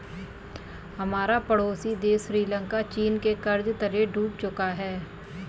हमारा पड़ोसी देश श्रीलंका चीन के कर्ज तले डूब चुका है